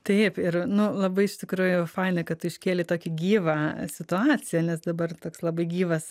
taip ir nu labai iš tikrųjų fainai kad tu iškėlei tokį gyvą situaciją nes dabar toks labai gyvas